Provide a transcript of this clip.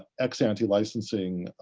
ex ante licensing,